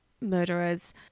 murderers